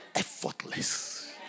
Effortless